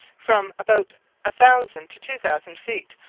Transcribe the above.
from about a thousand to two thousand feet,